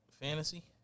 Fantasy